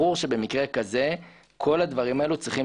ברור שבמקרה כזה כל הדברים הללו צריכים